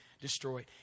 destroyed